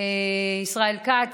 ישראל כץ,